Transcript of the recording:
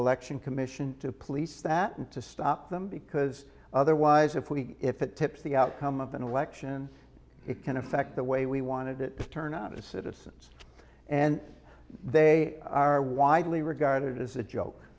election commission to police that and to stop them because otherwise if we if it tips the outcome of an election it can affect the way we wanted it to turn out as citizens and they are widely regarded as a joke